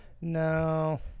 No